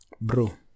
Bro